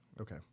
Okay